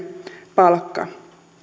palkka